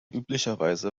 üblicherweise